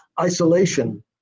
isolation